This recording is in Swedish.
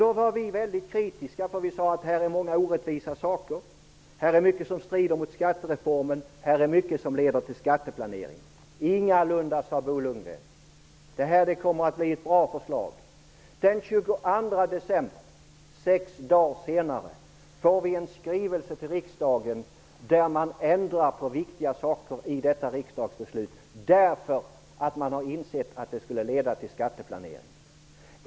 Då var vi mycket kritiska och sade att det fanns många orättvisa saker, mycket som strider mot skattereformen och mycket som leder till skatteplanering i det. Bo Lundgren sade att det ingalunda var så. Det skulle bli ett bra förslag. Den 22 december, sex dagar senare, fick vi en skrivelse till riksdagen där man ändrade på viktiga saker i detta riksdagsbeslut därför att man hade insett att det skulle leda till skatteplanering.